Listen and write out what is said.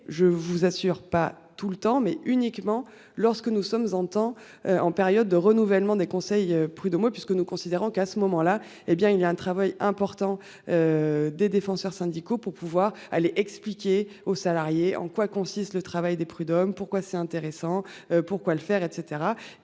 je vous assure pas tout le temps mais uniquement lorsque nous sommes entend en période de renouvellement des conseils prud'homaux puisque nous considérons qu'à ce moment-là, hé bien il y a un travail important. Des défenseurs syndicaux pour pouvoir aller expliquer aux salariés. En quoi consiste le travail des prud'hommes. Pourquoi c'est intéressant. Pourquoi le faire et